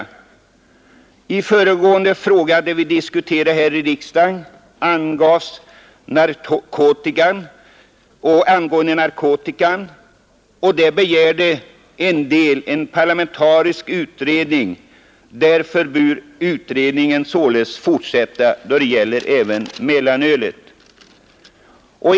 Det föregående ärende vi diskuterade här i kammaren gällde narkotikan, och då begärde en del ledamöter en parlamentarisk utredning. Därför bör även utredningen om mellanölet få slutföras.